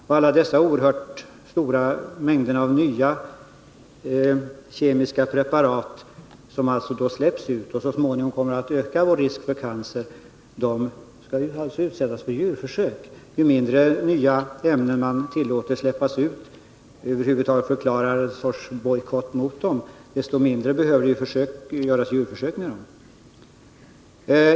De kemiska preparat som i oerhört stora mängder släpps ut på marknaden och som så småningom kommer att öka vår risk för cancer skall alltså utsättas för djurförsök. Ju mindre nya ämnen man tillåter utsläpp av eller förklarar någon sorts bojkott mot, desto mindre antal djurförsök behöver man göra.